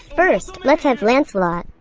first, let's have lancelot.